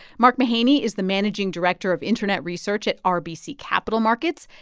mark mahaney is the managing director of internet research at ah rbc capital markets.